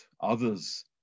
others